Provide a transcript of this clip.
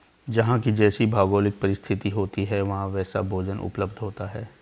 जहां की जैसी भौगोलिक परिस्थिति होती है वहां वैसा भोजन उपलब्ध होता है